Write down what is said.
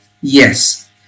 Yes